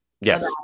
Yes